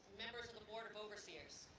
the board of overseers,